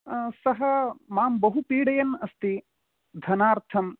सः मां बहु पीडयन् अस्ति धनार्थं